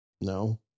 No